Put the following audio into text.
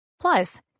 Plus